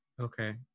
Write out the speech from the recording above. okay